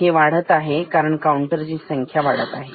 हे वाढत आहे कारण काउंटर ची संख्या वाढत आहे